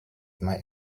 might